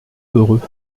heureux